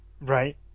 right